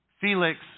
Felix